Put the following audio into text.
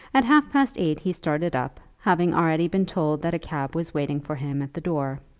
at half-past eight he started up, having already been told that a cab was waiting for him at the door.